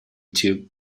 tube